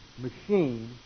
machine